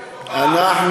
אני חי בתוך העם.